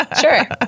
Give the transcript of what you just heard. Sure